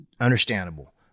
Understandable